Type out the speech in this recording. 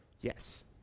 Yes